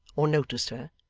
or noticed her,